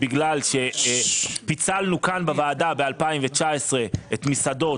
בגלל שפיצלנו כאן בוועדה ב-2019 את המסעדות,